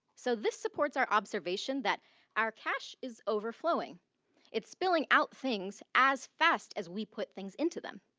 so this supports our observation that our cache is overflowing it's spilling out things as fast as we put things into them.